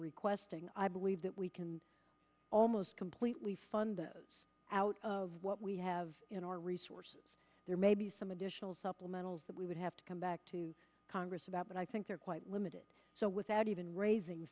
requesting i believe that we can almost completely fund out of what we have in our resources there may be some additional supplementals that we would have to come back to congress about but i think they're quite limited so without even raising